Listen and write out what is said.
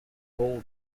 old